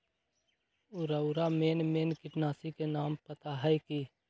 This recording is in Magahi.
रउरा मेन मेन किटनाशी के नाम पता हए कि?